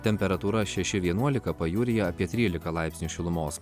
temperatūra šeši vienuolika pajūryje apie trylika laipsnių šilumos